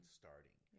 starting